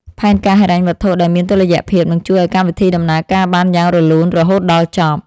ផែនការហិរញ្ញវត្ថុដែលមានតុល្យភាពនឹងជួយឱ្យកម្មវិធីដំណើរការបានយ៉ាងរលូនរហូតដល់ចប់។